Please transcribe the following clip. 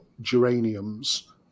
geraniums